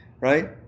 right